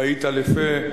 והיית לפה,